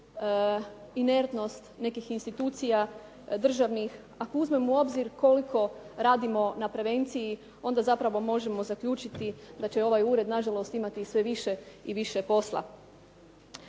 inertnost nekih institucija državnih, ako uzmemo u obzir koliko radimo na prevenciji, onda zapravo možemo zaključiti da će ovaj ured nažalost imati sve više i više posla.